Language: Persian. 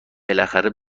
بالاخره